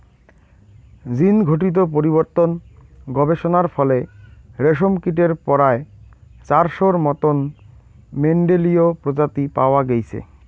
জীনঘটিত পরিবর্তন গবেষণার ফলে রেশমকীটের পরায় চারশোর মতন মেন্ডেলীয় প্রজাতি পাওয়া গেইচে